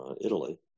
Italy